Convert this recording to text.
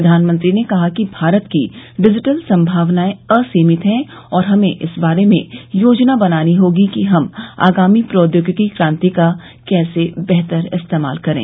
प्रधानमंत्री ने कहा कि भारत की डिजिटल सम्मावनाएं असीमित हैं और हमें इस बारे में योजना बनानी होगी कि हम आगामी प्रौद्योगिकी क्रांति का कैसे बेहतर इस्तेमाल करें